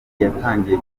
yatangiye